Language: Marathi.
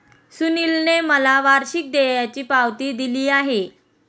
सुनीलने मला वार्षिक देयाची पावती दिली नाही